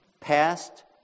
Past